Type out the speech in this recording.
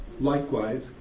likewise